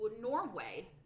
Norway